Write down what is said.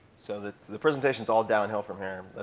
so the the presentation's all downhill from here.